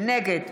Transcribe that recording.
נגד